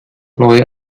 neue